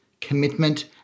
commitment